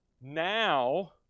Now